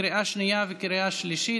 קריאה שנייה וקריאה שלישית,